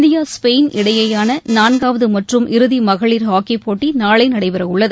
India Spain இடையேயான நான்காவது மற்றும் இறுதி மகளிர் ஹாக்கிப் போட்டி நாளை நடைபெற உள்ளது